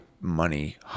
money